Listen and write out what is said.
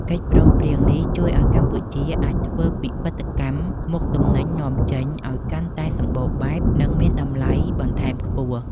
កិច្ចព្រមព្រៀងនេះជួយឱ្យកម្ពុជាអាចធ្វើពិពិធកម្មមុខទំនិញនាំចេញឱ្យកាន់តែសម្បូរបែប និងមានតម្លៃបន្ថែមខ្ពស់។